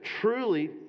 truly